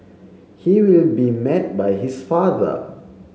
he will be met by his father